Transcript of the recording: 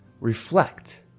reflect